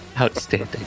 Outstanding